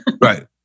Right